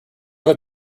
have